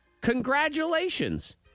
congratulations